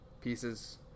pieces